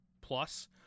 Plus